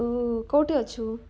ତୁ କୋଉଠେ ଅଛୁ